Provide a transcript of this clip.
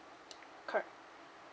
correct